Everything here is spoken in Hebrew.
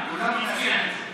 הוא מצוין.